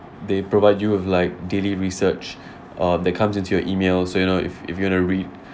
they provide you with like daily research uh that comes into your emails you know if if you want to read